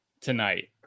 tonight